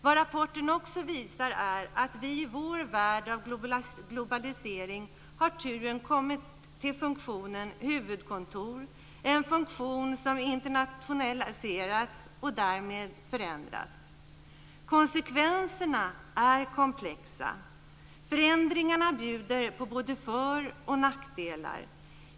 Vad rapporten också visar är att i vår värld av globalisering har turen kommit till funktionen huvudkontor, en funktion som internationaliseras - och därmed förändras. Konsekvenserna är komplexa. Förändringarna bjuder på både för och nackdelar.